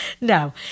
No